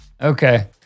Okay